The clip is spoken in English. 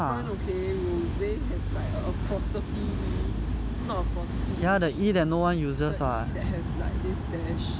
different okay rose has like apostrophe E not apostrophe ish the the E that has like this dash